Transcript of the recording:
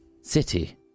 city